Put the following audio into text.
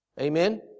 Amen